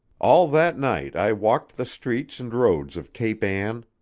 all that night i walked the streets and roads of cape ann,